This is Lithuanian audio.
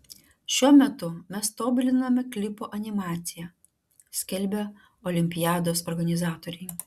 šiuo metu mes tobuliname klipo animaciją skelbia olimpiados organizatoriai